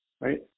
right